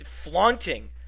flaunting